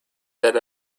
that